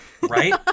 Right